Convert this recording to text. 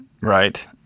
right